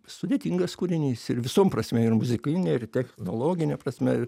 sudėtingas kūrinys ir visom prasmėm ir muzikine ir technologine prasme